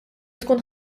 tkun